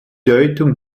deutung